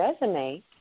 resume